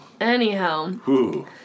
Anyhow